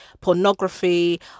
pornography